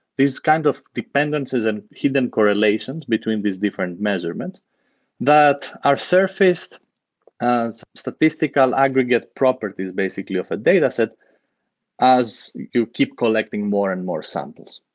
kind of dependencies and hidden correlations between these different measurements that are surfaces as statistical aggregate properties basically of a dataset as you keep collecting more and more samples,